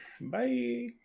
bye